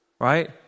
right